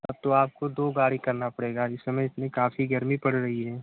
तब तो आपको दो गाड़ी करना पड़ेगा इस समय इतनी काफ़ी गर्मी पड़ रही है